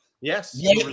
Yes